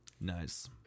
Nice